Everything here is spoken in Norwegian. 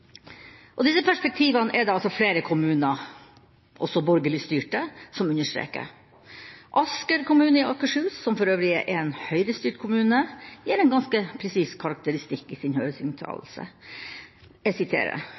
til. Disse perspektivene er det flere kommuner, også borgerlig styrte, som understreker. Asker kommune i Akershus, som for øvrig er en Høyre-styrt kommune, gir en ganske presis karakteristikk i sin